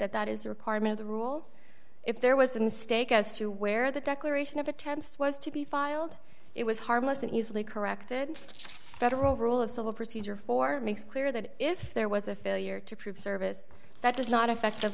that that is the requirement the rule if there was a mistake as to where the declaration of attempts was to be filed it was harmless and easily corrected federal rule of civil procedure for makes clear that if there was a failure to prove service that does not affect